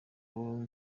uwo